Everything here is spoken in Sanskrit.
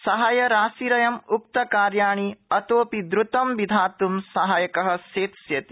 साहाव्यराशिरयं उक्तकार्याणि अतोपि द्रतं विधात् सहायक सेत्स्यति